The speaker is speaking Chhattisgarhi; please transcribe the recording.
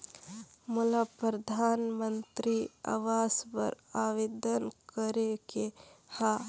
मोला परधानमंतरी आवास बर आवेदन करे के हा?